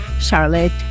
Charlotte